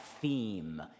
theme